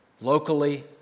locally